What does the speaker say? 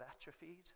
atrophied